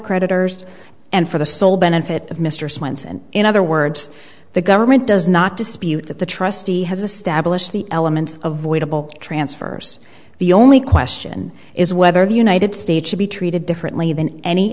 creditors and for the sole benefit of mr spence and in other words the government does not dispute that the trustee has established the elements avoidable transfers the only question is whether the united states should be treated differently than any